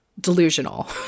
delusional